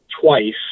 twice